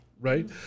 right